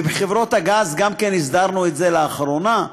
בחברות הגז גם כן הסדרנו את זה לאחרונה.